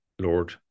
Lord